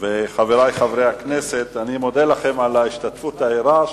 חברי חברי הכנסת, אני מודה לכם על ההשתתפות הערה.